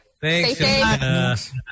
Thanks